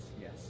yes